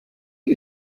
you